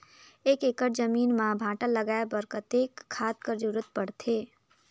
एक एकड़ जमीन म भांटा लगाय बर कतेक खाद कर जरूरत पड़थे?